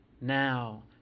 now